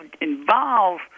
involve